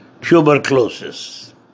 tuberculosis